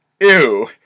Ew